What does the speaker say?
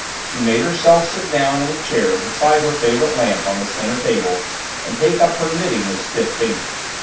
she made herself sit down in the chair beside her favorite lamp on the center table and take up her knitting with stiff fingers.